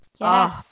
Yes